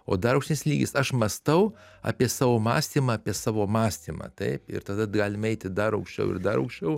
o dar aukštesnis lygis aš mąstau apie savo mąstymą apie savo mąstymą taip ir tada galim eiti dar aukščiau ir dar aukščiau